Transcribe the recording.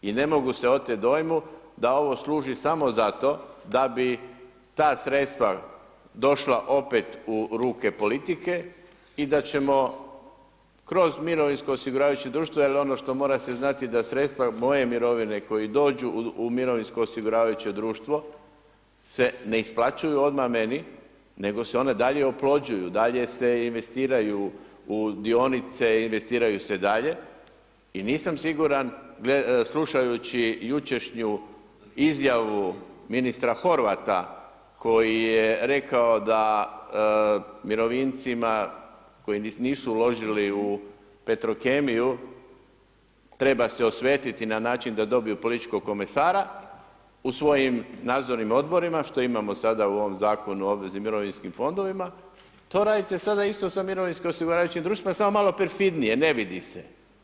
I ne mogu se oteti dojmu da ovo služi samo za to da bi ta sredstva došla opet u ruke politike i da ćemo kroz mirovinsko osiguravajuće društvo jer ono što mora se znati da sredstva moje mirovine koji dođu u mirovinsko osiguravajuće društvo se ne isplaćuju odmah meni nego se ona dalje oplođuju, dalje se investiraju u dionice, investiraju se dalje i nisam siguran slušajući jučerašnju izjavu ministar Horvata koji je rekao da mirovincima koji nisu uložili u Petrokemiju treba se osvetiti na način da dobiju političkog komesara u svojim nadzornim odborima što imam sada u ovom Zakonu u obveznim mirovinskim fondovima, to radite sada mirovinskim osiguravajućim društvima, samo malo perfidnije, ne vidi se.